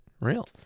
Real